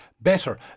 better